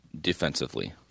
defensively